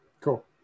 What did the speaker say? cool